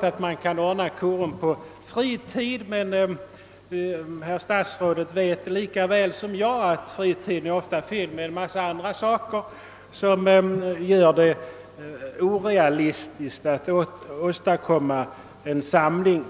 Sedan kan man naturligtvis ordna korum på fritid, men herr statsrådet vet lika väl som jag att fritiden oftast är fylld av en mängd andra ting som gör att det är orealistiskt att tänka sig att då kunna åstadkomma en samling.